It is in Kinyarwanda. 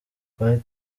twari